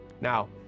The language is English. Now